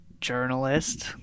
journalist